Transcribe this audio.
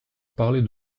parler